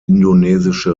indonesische